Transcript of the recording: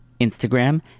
Instagram